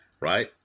right